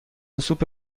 سوپ